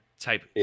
type